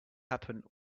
happen